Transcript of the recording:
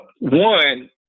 One